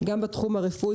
גם בתחום הרפואי,